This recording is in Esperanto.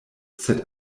sed